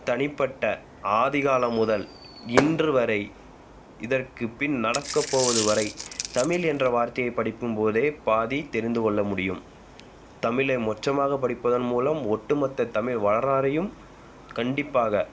தனிப்பட்ட ஆதிகாலம் முதல் இன்றுவரை இதற்கு பின் நடக்கப்போவது வரை தமிழ் என்ற வார்த்தையை படிக்கும்போதே பாதி தெரிந்துகொள்ள முடியும் தமிழை மொச்சமாக படிப்பதன் மூலம் ஒட்டுமொத்த தமிழ் வரலாறையும் கண்டிப்பாக